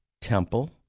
temple